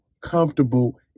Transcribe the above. comfortable